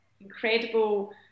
incredible